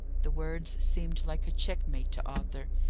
the words seemed like a checkmate to arthur.